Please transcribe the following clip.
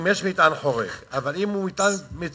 אם יש מטען חורג, אבל אם הוא מטען מצומצם,